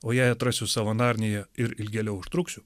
o jei atrasiu savo narniją ir ilgėliau užtruksiu